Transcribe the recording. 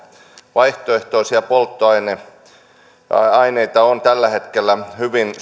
vaihtoehtoisia polttoaineita on tällä hetkellä hyvin